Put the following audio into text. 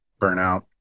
Burnout